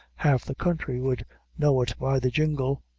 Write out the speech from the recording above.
half the country would know it by the jingle.